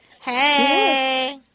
Hey